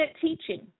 teaching